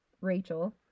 Rachel